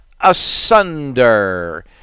asunder